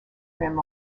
rim